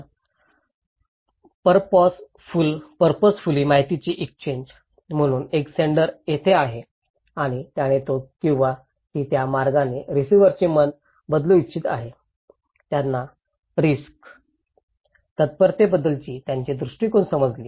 तर परपॉसफूल माहितीची एक्सचेन्ज म्हणून एक सेण्डर तेथे आहे आणि त्याने तो किंवा ती त्या मार्गाने रिसिव्हरचे मन बदलू इच्छित आहे त्यांना रिस्क तत्परतेबद्दलची त्यांची दृष्टीकोन समजली